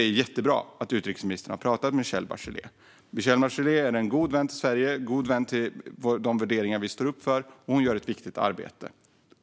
Det är jättebra att utrikesministern har talat med Michelle Bachelet. Hon är en god vän till Sverige och de värderingar vi står upp för, och hon gör ett viktigt arbete.